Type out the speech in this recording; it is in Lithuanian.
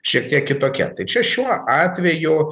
šiek tiek kitokia tai čia šiuo atveju